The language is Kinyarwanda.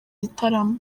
gitaramo